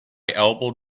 elbowed